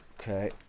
Okay